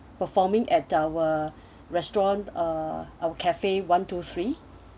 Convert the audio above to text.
performing at our restaurant uh our cafe one two three